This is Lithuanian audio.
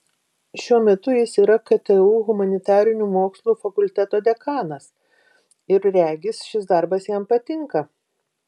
šiuo metu jis yra ktu humanitarinių mokslų fakulteto dekanas ir regis šis darbas jam patinka